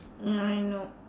ya I know